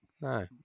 no